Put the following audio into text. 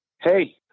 hey